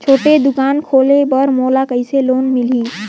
छोटे दुकान खोले बर मोला कइसे लोन मिलही?